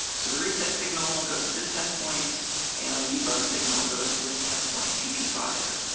so the reset signal goes to this test point and the debug signal goes to this test point e p five